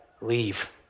Leave